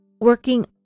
working